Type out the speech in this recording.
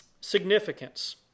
significance